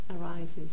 arises